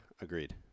agreed